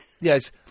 Yes